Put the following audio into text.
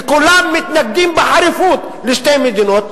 וכולם מתנגדים בחריפות לשתי מדינות,